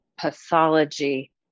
pathology